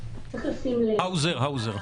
האוזר.